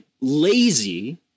lazy